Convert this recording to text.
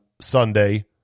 Sunday